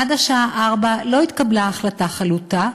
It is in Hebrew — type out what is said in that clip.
עד השעה 16:00 לא התקבלה החלטה חלוטה,